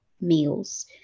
meals